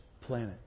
planet